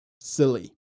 silly